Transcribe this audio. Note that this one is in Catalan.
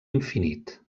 infinit